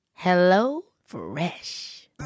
HelloFresh